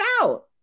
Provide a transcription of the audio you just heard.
out